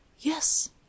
Yes